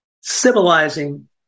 civilizing